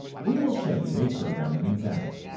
we will show you a programming example.